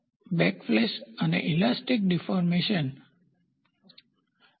backlash અને elastic deformation સ્થિતિસ્થાપક વિકૃતિ